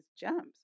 jumps